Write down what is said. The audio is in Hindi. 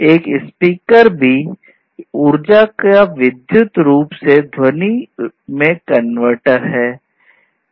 एक स्पीकर भी ऊर्जा का विद्युत के रूप से ध्वनि में एक कनवर्टर है